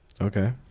okay